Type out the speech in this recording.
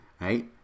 right